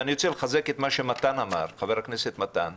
ואני רוצה לחזק את מה שחבר הכנסת מתן אמר,